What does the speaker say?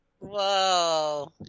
Whoa